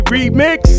Remix